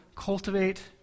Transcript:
cultivate